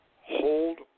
hold